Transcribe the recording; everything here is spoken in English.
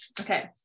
okay